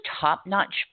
top-notch